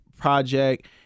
project